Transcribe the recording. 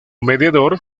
mediador